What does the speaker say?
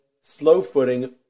slow-footing